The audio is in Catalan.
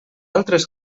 altres